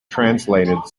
translated